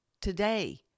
today